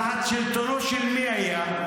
תחת שלטונם של מי היה?